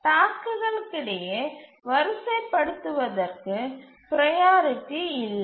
டாஸ்க்குகளிடையே வரிசை படுத்துவதற்கு ப்ரையாரிட்டி இல்லை